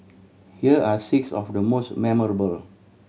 here are six of the most memorable